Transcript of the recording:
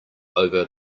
over